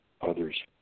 others